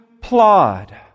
plod